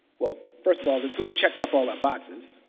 well, first of all, the tool checked off all our boxes.